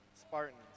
Spartans